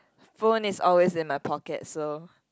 phone is always in my pocket so